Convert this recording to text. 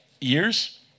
years